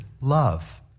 love